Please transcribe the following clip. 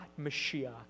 Mashiach